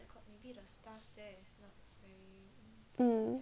um